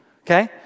okay